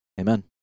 Amen